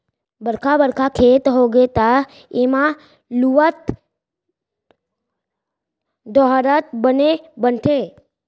बड़का बड़का खेत होगे त एमा लुवत, डोहारत बने बनथे